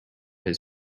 his